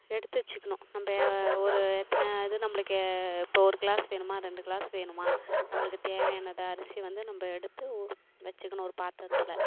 எடுத்து வச்சிக்கணும் நம்ம ஒரு எத்தனை இது நம்மளுக்கு இப்போ ஒரு க்ளாஸ் வேணுமா ரெண்டு க்ளாஸ் வேணுமா நம்மளுக்கு தேவையானத அரிசியை வந்து நம்ம எடுத்து வச்சிக்கணும் ஒரு பாத்தரத்தில்